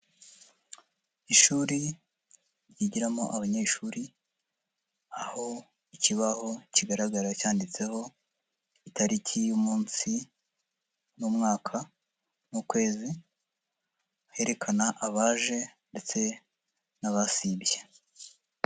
Ishuri ryigiramo abanyeshuri aho ikibaho kigaragara cyanditseho itariki y'umunsi n'umwaka n'ukwezi herekana abaje ndetse n'abasibye.